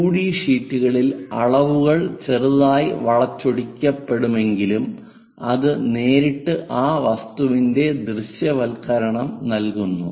2 D ഷീറ്റുകളിൽ അളവുകൾ ചെറുതായി വളച്ചൊടിക്കപ്പെടുമെങ്കിലും അത് നേരിട്ട് ആ വസ്തുവിന്റെ ദൃശ്യവൽക്കരണം നൽകുന്നു